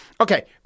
Okay